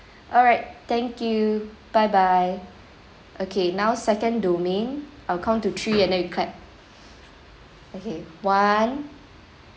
alright thank you bye bye okay now second domain I'll count to three and then we clap okay one